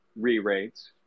re-rates